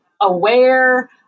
aware